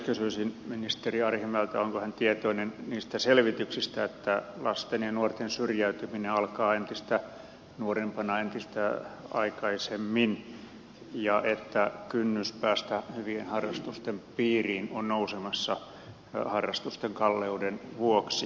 kysyisin ministeri arhinmäeltä onko hän tietoinen niistä selvityksistä että lasten ja nuorten syrjäytyminen alkaa entistä nuorempana entistä aikaisemmin ja että kynnys päästä hyvien harrastusten piiriin on nousemassa harrastusten kalleuden vuoksi